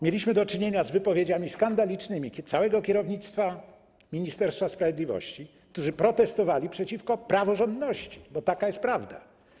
Mieliśmy do czynienia z wypowiedziami skandalicznymi całego kierownictwa Ministerstwa Sprawiedliwości, które protestowało przeciwko praworządności, bo taka jest prawda.